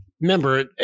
remember